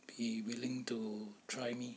be willing to try me